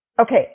Okay